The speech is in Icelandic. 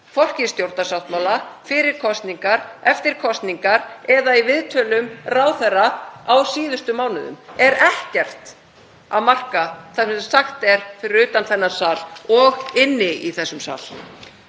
hvorki í stjórnarsáttmála, fyrir kosningar, eftir kosningar eða í viðtölum ráðherra á síðustu mánuðum? Er ekkert að marka það sem sagt er fyrir utan þennan sal og inni í þessum sal?